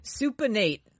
Supinate